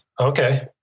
Okay